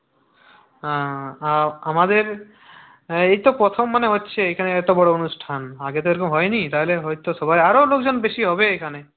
হ্যাঁ আমাদের এই তো প্রথম মানে হচ্ছে এখানে এত বড় অনুষ্ঠান আগে তো এরকম হয়নি তাহলে হয়তো সবাই আরও লোকজন বেশি হবে এখানে